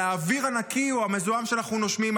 על האוויר הנקי או המזוהם שאנחנו נושמים,